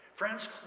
Friends